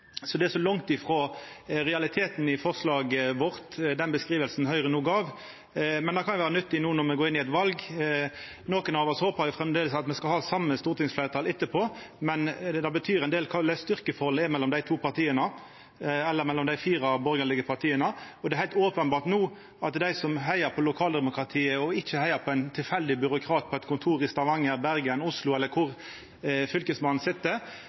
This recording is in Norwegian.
men det kan jo vera nyttig no når me går inn i eit val. Nokre av oss håpar jo framleis at me skal ha det same stortingsfleirtalet etterpå, men det betyr ein del korleis styrkeforholdet er mellom dei to partia, eller mellom dei fire borgarlege partia. Det er heilt openbert at dei som heiar på lokaldemokratiet, og ikkje på ein tilfeldig byråkrat på eit kontor i Stavanger, Bergen, Oslo eller der Fylkesmannen sit